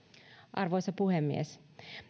arvoisa puhemies